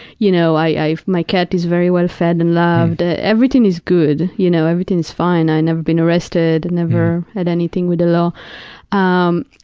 you know, my my cat is very well fed and loved. ah everything is good. you know, everything is fine. i've never been arrested, never had anything with the law. um